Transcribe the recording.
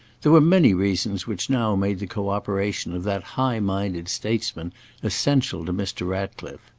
there were many reasons which now made the co-operation of that high-minded statesman essential to mr. ratcliffe.